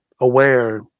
aware